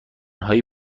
های